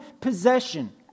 possession